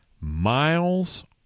miles